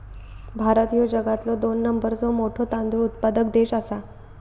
भारत ह्यो जगातलो दोन नंबरचो मोठो तांदूळ उत्पादक देश आसा